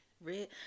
Red